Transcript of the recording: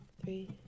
three